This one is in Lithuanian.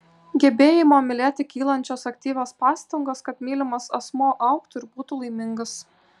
gebėjimo mylėti kylančios aktyvios pastangos kad mylimas asmuo augtų ir būtų laimingas